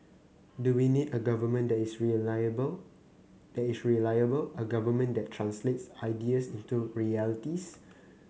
do we need a government that is reliable is reliable a government that translates ideas into realities